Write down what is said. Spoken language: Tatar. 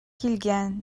килгән